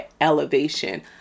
elevation